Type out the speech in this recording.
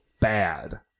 bad